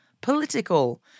political